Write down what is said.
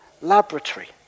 laboratory